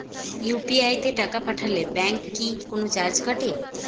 UPI তে টাকা পাঠালে ব্যাংক কি কোনো চার্জ কাটে?